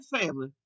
family